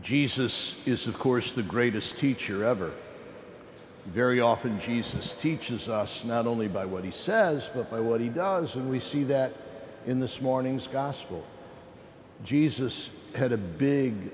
jesus is of course the greatest teacher ever very often jesus teaches us not only by what he says or by what he does we see that in this morning's gospel jesus had a big